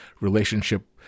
relationship